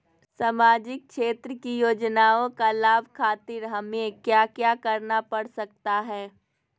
सामाजिक क्षेत्र की योजनाओं का लाभ खातिर हमें क्या क्या करना पड़ सकता है?